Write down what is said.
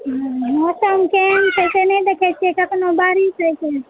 मौसम केहन छै से नहि देखै छियै केतनो बारिस होइ छै ने